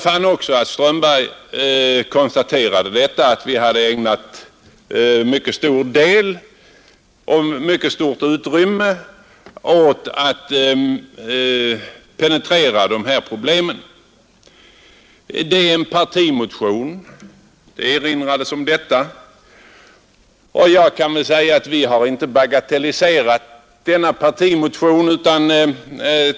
Herr Strömberg konstaterade också att vi hade ägnat mycket stort intresse och mycket stort utrymme åt att penetrera problemen. Det erinrades om att det var en partimotion. Vi har inte bagatelliserat denna partimotion.